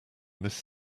this